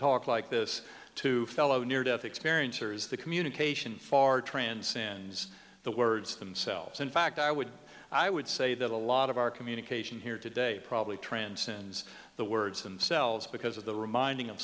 talk like this to fellow near death experience or is the communication far transcends the words themselves in fact i would i would say that a lot of our communication here today probably transcends the words themselves because of the reminding